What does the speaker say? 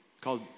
called